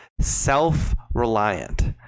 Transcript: self-reliant